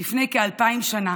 לפני כאלפיים שנה